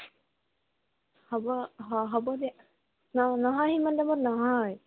হ'ব হ'ব দে ন নহয় সিমান দামত নহয়